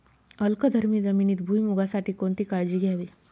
अल्कधर्मी जमिनीत भुईमूगासाठी कोणती काळजी घ्यावी?